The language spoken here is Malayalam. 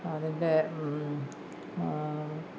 അതിൻ്റെ